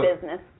business